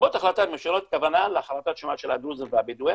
הכוונה להחלטות הממשלה הכוונה להחלטות הממשלה על הדרוזים והבדואים,